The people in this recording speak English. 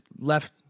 left